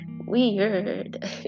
weird